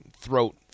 throat